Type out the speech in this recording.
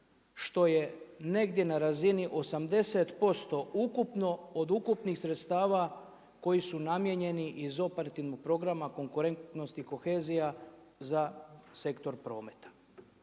što je negdje na razini 80% ukupno, od ukupnih sredstava koji su namijenjeni iz operativnog programa konkurentnost i kohezija za sektor prometa.